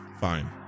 fine